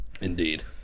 indeed